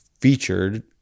featured